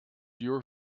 your